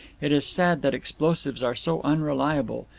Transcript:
it is sad that explosives are so unreliable.